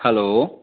hello